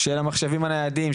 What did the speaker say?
של המחשבים הניידים,